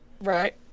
Right